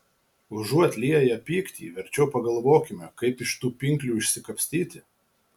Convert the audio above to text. užuot lieję pyktį verčiau pagalvokime kaip iš tų pinklių išsikapstyti